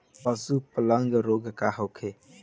पशु प्लग रोग का होखे?